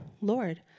Lord